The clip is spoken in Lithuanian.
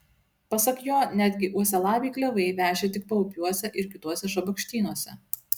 pasak jo netgi uosialapiai klevai veši tik paupiuose ir kituose šabakštynuose